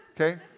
okay